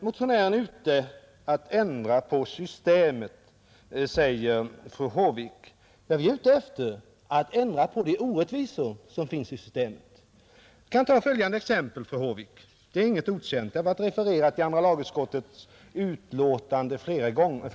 Motionärerna är ute efter att ändra på systemet, säger fru Håvik. Ja, vi är ute efter att ändra på de orättvisor som finns i systemet. Jag kan ta följande exempel; det är inget okänt, liknande exempel har varit refererade i andra lagutskottets utlåtanden flera gånger.